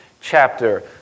chapter